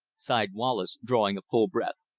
sighed wallace drawing a full breath,